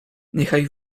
niechaj